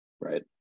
Right